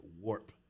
warp